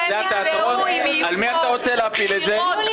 ולפי התיאטרון, על מי אתה רוצה להפיל את זה?